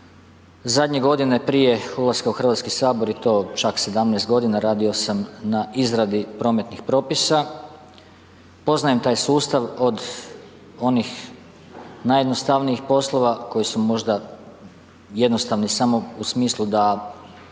Zadnje godine prije ulaska u Hrvatski sabor je to čak 17 g., radio sam na izradi prometnih propisa. Poznajem taj sustav od onih najjednostavnijih poslova koji su možda jednostavni samo u smislu da